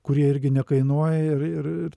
kurie irgi nekainuoja ir ir ir